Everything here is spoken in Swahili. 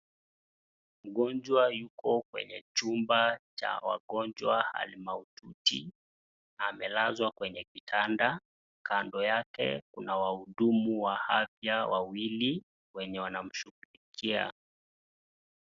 Mgonjwa yuko kwenye chumba cha wagonjwa hali mahututi, amelazwa kwenye kitanda, kando yake kuna wahudumu wa afya wawili wenye wanamshughulikia